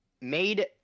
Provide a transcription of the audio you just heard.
made